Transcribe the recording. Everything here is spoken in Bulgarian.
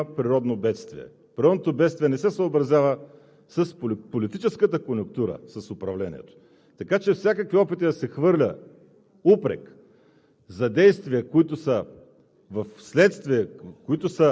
че няма значение кой управлява държавата, когато има природно бедствие. Природното бедствие не се съобразява с политическата конюнктура, с управлението. Така че всякакви опити да се хвърля упрек